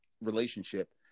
relationship